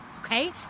Okay